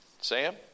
Sam